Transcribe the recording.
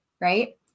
right